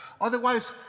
Otherwise